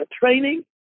training